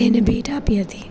તેને ભેટ આપી હતી